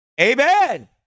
Amen